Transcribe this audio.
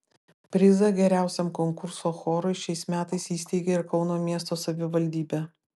prizą geriausiam konkurso chorui šiais metais įsteigė ir kauno miesto savivaldybė